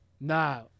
Nah